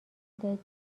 دهید